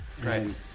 great